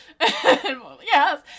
Yes